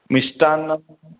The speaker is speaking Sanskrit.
मिष्टान्नं